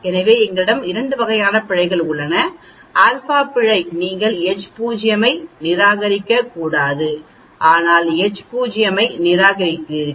எனவே உங்களிடம் 2 வகையான பிழை உள்ளது ஆல்பா பிழை நீங்கள் H0 ஐ நிராகரிக்கக்கூடாது ஆனால் நீங்கள் H0 ஐ நிராகரிக்கிறீர்கள்